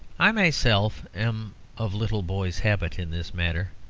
i myself am of little boys' habit in this matter.